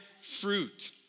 fruit